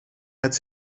met